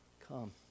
Come